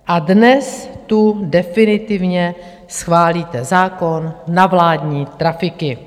A dnes tu definitivně schválíte zákon na vládní trafiky.